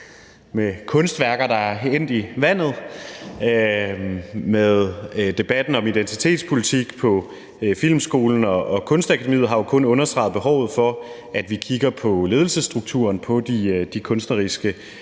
med kunstværker, der er endt i vandet, og debatten om identitetspolitik på Filmskolen og Kunstakademiet har jo kun understreget behovet for, at vi kigger på ledelsesstrukturen på de kunstneriske